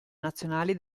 nazionali